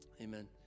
Amen